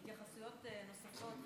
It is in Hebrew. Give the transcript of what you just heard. התייחסויות נוספות.